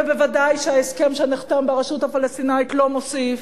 ובוודאי שההסכם שנחתם ברשות הפלסטינית לא מוסיף.